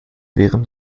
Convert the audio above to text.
während